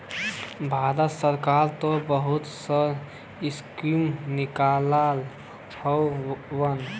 भारत सरकार त बहुत सा स्कीम निकलले हउवन